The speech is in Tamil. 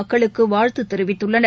மக்களுக்குவாழ்த்துதெரிவித்த்ளளனர்